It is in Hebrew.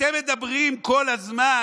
אתם מדברים כל הזמן